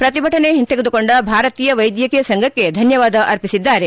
ಪ್ರತಿಭಟನೆ ಹಿಂತೆಗೆದುಕೊಂಡ ಭಾರತೀಯ ವೈದ್ಯಕೀಯ ಸಂಘಕ್ಕೆ ಧನ್ನವಾದ ಅರ್ಪಿಸಿದ್ದಾರೆ